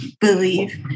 believe